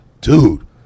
dude